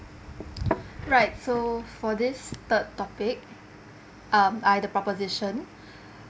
right so for this third topic um I the proposition